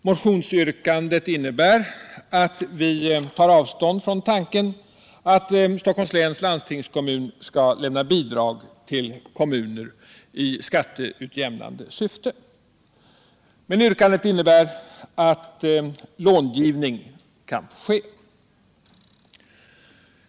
Motionsyrkandet innebär att vi tar avstånd från tanken att även Stockholms läns landstingskommun skall lämna bidrag till kommuner i skatteutjämnande syfte. Men yrkandet innebär att långivning kan ske.